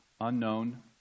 unknown